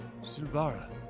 Silvara